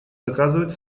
доказывать